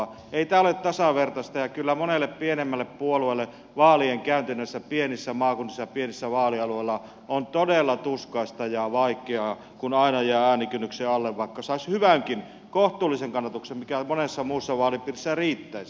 ei tämä ole tasavertaista ja kyllä monelle pienemmälle puolueelle vaalien käynti näissä pienissä maakunnissa ja pienellä vaalialueella on todella tuskaista ja vaikeaa kun aina jää äänikynnyksen alle vaikka saisi hyvänkin kohtuullisen kannatuksen mikä monessa muussa vaalipiirissä riittäisi